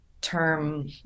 term